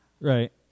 right